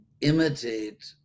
imitate